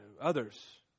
others